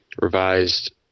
revised